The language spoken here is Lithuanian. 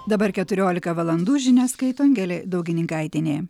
dabar keturiolika valandų žinias skaito angelė daugininkaitienė